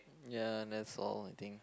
ya that's all I think